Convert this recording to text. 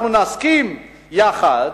אנחנו נסכים יחד.